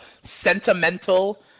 sentimental